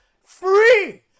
free